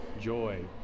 joy